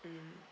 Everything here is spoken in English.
mm